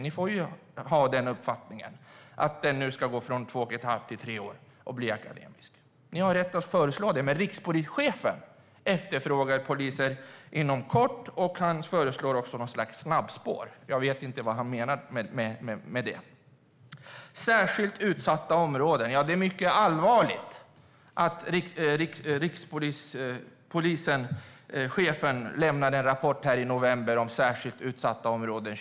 Ni får ha uppfattningen att utbildningen ska förlängas från två och ett halvt till tre år och bli akademisk. Ni har rätt att föreslå det. Men rikspolischefen efterfrågar poliser inom kort, och han föreslår också något slags snabbspår. Jag vet inte vad han menar med det. Sedan har vi frågan om särskilt utsatta områden. Det var en mycket allvarlig rapport rikspolischefen lämnade in i november 2015 om särskilt utsatta områden.